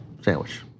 sandwich